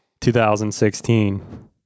2016